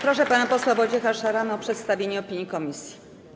Proszę pana posła Wojciecha Szaramę o przedstawienie opinii komisji.